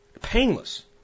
Painless